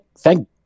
Thank